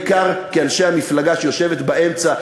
בעיקר כאנשי המפלגה שיושבת באמצע,